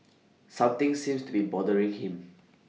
something seems to be bothering him